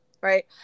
right